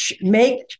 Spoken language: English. Make